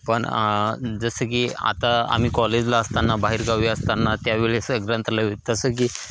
पण आ जसं की आता आम्ही कॉलेजला असताांना बाहेरगावी असताना त्यावेळेस ग्रंथालय तसं की